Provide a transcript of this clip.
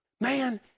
Man